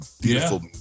beautiful